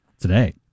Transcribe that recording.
today